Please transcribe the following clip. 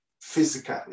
physically